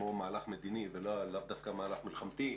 כמו מהלך מדיני ולאו דווקא מהלך מלחמתי,